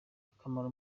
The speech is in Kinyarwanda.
bakamara